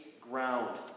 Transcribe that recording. ground